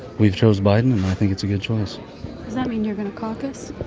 we chose biden. and i think it's a good choice. does that mean you're going to caucus?